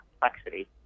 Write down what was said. complexity